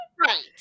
Right